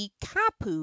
kapu